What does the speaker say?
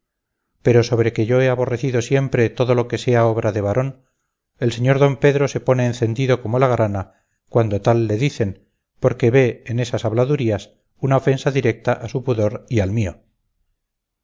pero sobre que yo he aborrecido siempre todo lo que sea obra de varón el señor d pedro se pone encendido como la grana cuando tal le dicen porque ve en esas habladurías una ofensa directa a su pudor y al mío